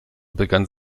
begann